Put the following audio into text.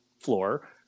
floor